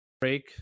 break